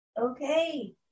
Okay